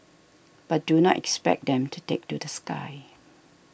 but do not expect them to take to the sky